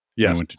Yes